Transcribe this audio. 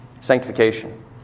Sanctification